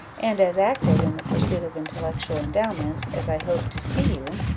and as active in the pursuit of intellectual endowments, as i hope to see you,